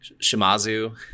shimazu